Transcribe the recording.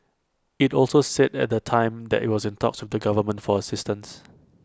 IT also said at the time that IT was in talks with the government for assistance